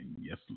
Yes